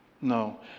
No